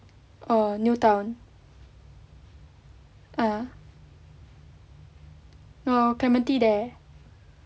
err new town uh no clementi there